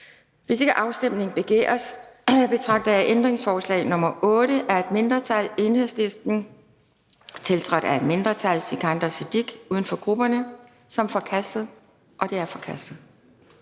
Hvis ikke afstemning begæres, betragter jeg ændringsforslag nr. 6 af et mindretal (EL), tiltrådt af et mindretal (SF og Sikandar Siddique (UFG)), som forkastet. Det er forkastet.